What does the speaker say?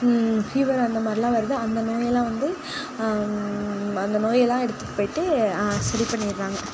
fever அந்த மாதிரிலாம் வருது அந்த மாதிரி எல்லாம் வந்து அந்த நோயெல்லாம் எடுத்துகிட்டு போயிவிட்டு சரி பண்ணிறாங்க